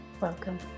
welcome